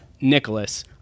Nicholas